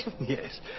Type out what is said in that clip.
Yes